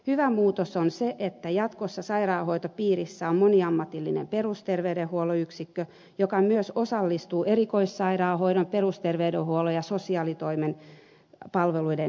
hyvä muutos on se että jatkossa sairaanhoitopiirissä on moniammatillinen perusterveydenhuollon yksikkö joka myös osallistuu erikoissairaanhoidon perusterveydenhuollon ja sosiaalitoimen palveluiden yhteensovittamiseen